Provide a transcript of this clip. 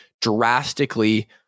drastically